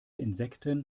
insekten